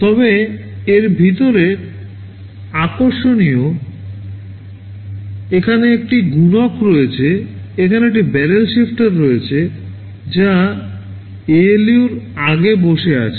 তবে এর ভিতরে আকর্ষণীয় এখানে একটি গুণক রয়েছে এখানে একটি ব্যারেল শিফটার রয়েছে যা ALUর আগে বসে আছে